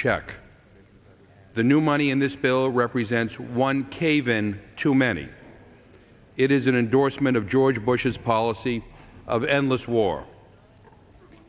check the new money in this bill represents one cave in too many it is an endorsement of george bush's policy of endless war